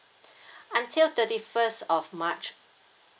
until thirty first of march